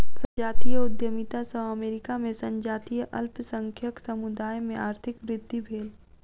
संजातीय उद्यमिता सॅ अमेरिका में संजातीय अल्पसंख्यक समुदाय में आर्थिक वृद्धि भेल